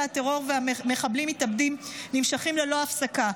הטרור ומחבלים מתאבדים נמשכים ללא הפסקה,